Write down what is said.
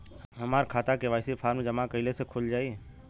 हमार खाता KYC form जमा कइले से खुल जाई?